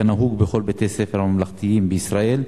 כנהוג בכל בתי-הספר הממלכתיים בישראל,